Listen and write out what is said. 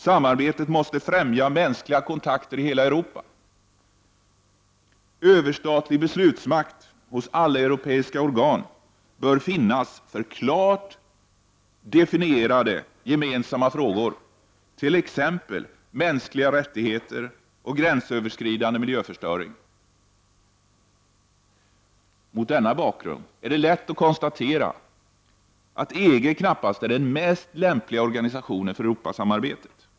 — Samarbetet måste främja mänskliga kontakter i hela Europa. — Överstatlig beslutsmakt hos alleuropeiska organ bör finnas för klart definierade, gemensamma frågor, t.ex. mänskliga rättigheter och gränsöverskridande miljöförstöring. Mot denna bakgrund är det lätt att konstatera att EG knappast är den mest lämpliga organisationen för Europasamarbetet.